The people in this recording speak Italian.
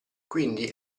quindi